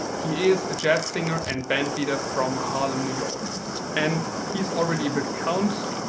he is a jazz singer and band leader from harlem new york and he's already a big account.